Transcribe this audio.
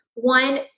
one